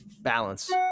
Balance